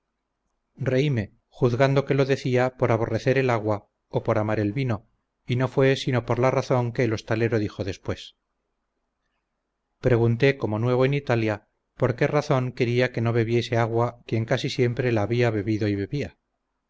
reíme juzgando que lo decía por aborrecer el agua o por amar el vino y no fue sino por la razón que el hostalero dijo después pregunté como nuevo en italia por qué razón quería que no bebiese agua quien casi siempre la había bebido y bebía